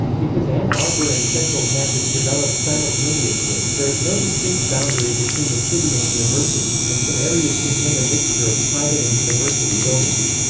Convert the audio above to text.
because ann arbor and central campus developed simultaneously, there is no distinct boundary between the city and university, and some areas contain a mixture of private and university buildings.